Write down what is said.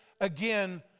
again